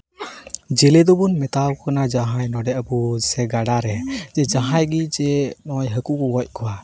ᱡᱮᱞᱮ ᱫᱚᱵᱚᱱ ᱢᱮᱛᱟᱣᱟᱠᱚ ᱠᱟᱱᱟ ᱡᱟᱦᱟᱸᱭ ᱱᱚᱸᱰᱮ ᱟᱵᱚ ᱥᱮ ᱜᱟᱰᱟ ᱨᱮ ᱡᱟᱦᱟᱸᱭ ᱜᱮ ᱡᱮ ᱦᱟᱹᱠᱩ ᱠᱚ ᱜᱚᱡᱽ ᱠᱚᱣᱟ